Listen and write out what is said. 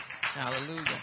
Hallelujah